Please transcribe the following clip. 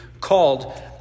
called